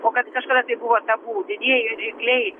o kad kažkada tai buvo tabu didieji rykliai